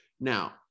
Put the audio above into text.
Now